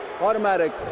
automatic